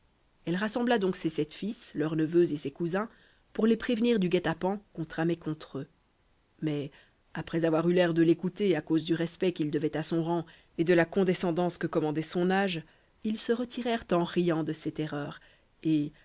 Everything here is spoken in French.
elle rassembla donc ses sept fils leurs neveux et ses cousins pour les prévenir du guet-apens qu'on tramait contre eux mais après avoir eu l'air de l'écouter à cause du respect qu'ils devaient à son rang et de la condescendance que commandait son âge ils se retirèrent en riant de ses terreurs et